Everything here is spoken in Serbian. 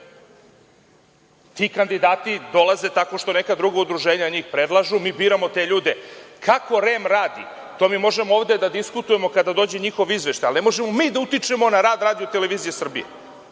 Ti kandidati dolaze tako što neka druga udruženja njih predlažu, mi biramo te ljude. Kako REM radi, to možemo ovde da diskutujemo kada dođe njihov izveštaj, ali ne možemo mi da utičemo na rad RTS, a ja ovde čujem